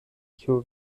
kiu